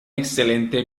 excelente